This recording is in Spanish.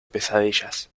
pesadillas